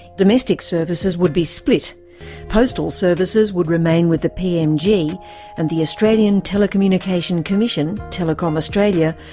domestic services would be split postal services would remain with the pmg and the australian telecommunication commission, telecom australia,